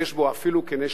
אפילו כנשק קר.